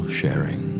sharing